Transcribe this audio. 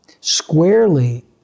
squarely